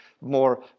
more